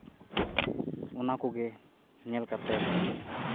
ᱚᱱᱟ ᱠᱚᱜᱮ ᱧᱮᱞ ᱠᱟᱛᱮᱫ